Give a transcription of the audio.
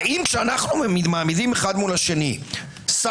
האם כשאנחנו מעמידים אחד מול השני סמכותו